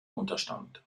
unterstand